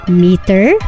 meter